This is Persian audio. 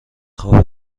خواب